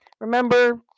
Remember